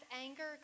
anger